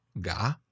Ga